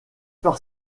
par